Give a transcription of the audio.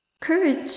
courage